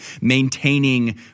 maintaining